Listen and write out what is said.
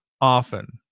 often